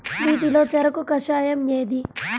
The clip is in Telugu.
వీటిలో చెరకు కషాయం ఏది?